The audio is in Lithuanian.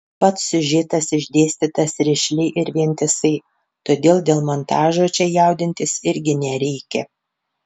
pats siužetas išdėstytas rišliai ir vientisai todėl dėl montažo čia jaudintis irgi nereikia